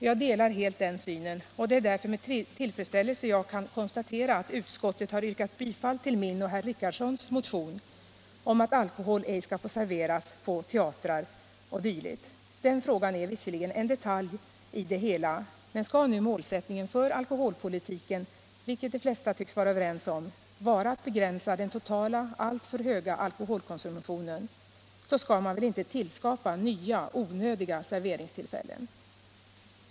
Jag delar helt den synen och det är därför med tillfredsställelse jag kan konstatera att utskottet har tillstyrkt herr Richardsons och min motion om att alkohol inte skall få serveras på teatrar o. d. Den frågan är visserligen en detalj i det hela, men skall nu målsättningen för alkoholpolitiken vara att begränsa den totala alltför höga alkoholkonsumtionen —- och detta tycks de flesta vara överens om — skall man väl inte skapa nya onödiga serveringstillfällen!